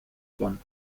bonn